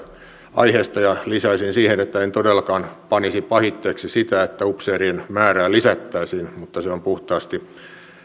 aiheesta ja lisäisin siihen että en todellakaan panisi pahitteeksi sitä että upseerien määrää lisättäisiin mutta se on puhtaasti